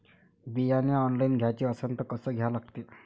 बियाने ऑनलाइन घ्याचे असन त कसं घ्या लागते?